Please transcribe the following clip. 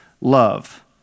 love